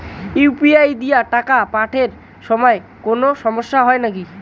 UPI দিয়া টাকা পাঠের সময় কোনো সমস্যা হয় নাকি?